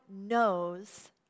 knows